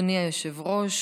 אדוני היושב-ראש,